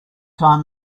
time